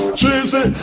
cheesy